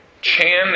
Chan